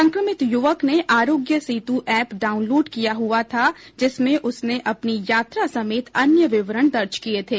संक्रमित युवक ने आरोग्य सेतु एप डाउनलोड किया हुआ था जिसमें उसने अपनी यात्रा समेत अन्य विवरण दर्ज किये थे